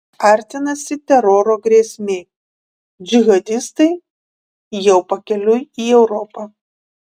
artinasi teroro grėsmė džihadistai jau pakeliui į europą